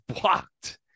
blocked